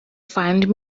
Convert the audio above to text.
find